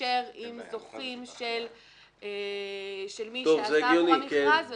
להתקשר עם זוכים של מי שעשה עבורם מכרז,